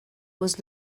was